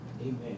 Amen